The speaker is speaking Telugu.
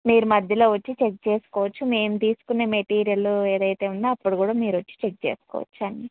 మీరు మధ్యలో వచ్చి చెక్ చేసుకోవచ్చు మేము తీసుకునే మెటీరియల్లు ఏదైతే ఉందో అప్పుడు కూడా మీరు వచ్చి చెక్ చేసుకోవచ్చు అన్ని